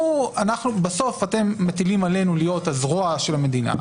בסוף אתם מטילים עלינו להיות הזרוע של המדינה,